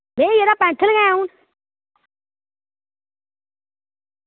मैं यरा पैंथल गै ऐ आऊं